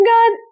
God